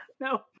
No